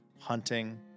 hunting